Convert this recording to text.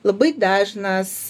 labai dažnas